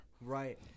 Right